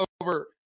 over